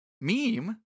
Meme